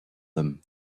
them